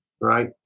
Right